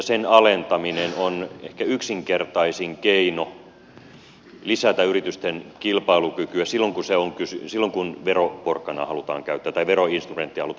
yhteisöveron alentaminen on ehkä yksinkertaisin keino lisätä yritysten kilpailukykyä sillon ku se on kyse silloin kun veroinstrumenttia halutaan käyttää